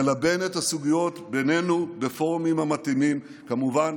נלבן את הסוגיות בינינו בפורומים המתאימים, כמובן